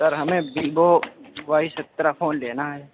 سر ہمیں Vivo Y سترہ phone لینا ہے